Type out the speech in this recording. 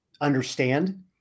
understand